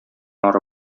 ары